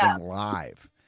live